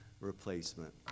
replacement